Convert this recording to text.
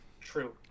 True